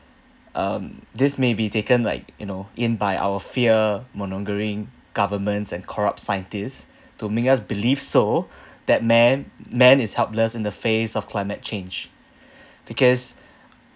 um this may be taken like you know in by our fearmongering governments and corrupt scientist to make us believe so that man man is helpless in the phase of climate change because